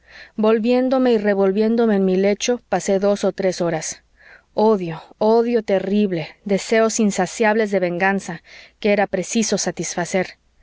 volviéndome y revolviéndome en mi lecho pasé dos o tres horas odio odio terrible deseos insaciables de venganza que era preciso satisfacer